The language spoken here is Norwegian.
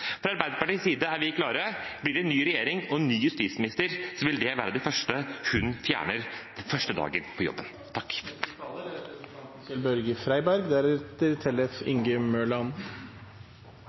Fra Arbeiderpartiets side er vi klare: Blir det ny regjering og ny justisminister, vil det være det første hun fjerner, den første dagen på jobben. Året som vi snart er